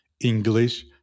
English